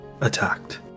attacked